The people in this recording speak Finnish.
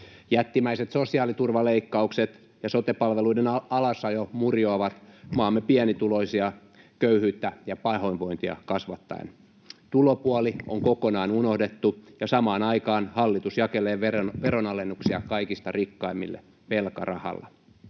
Jättimäiset sosiaaliturvaleikkaukset ja sote-palveluiden alasajo murjovat maamme pienituloisia köyhyyttä ja pahoinvointia kasvattaen. Tulopuoli on kokonaan unohdettu, ja samaan aikaan hallitus jakelee veronalennuksia kaikista rikkaimmille — velkarahalla.